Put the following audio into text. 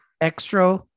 Extra